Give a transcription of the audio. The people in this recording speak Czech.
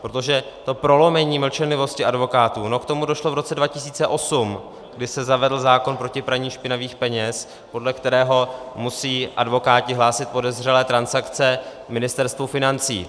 Protože to prolomení mlčenlivosti advokátů no k tomu došlo v roce 2008, kdy se zavedl zákon proti praní špinavých peněz, podle kterého musí advokáti hlásit podezřelé transakce Ministerstvu financí.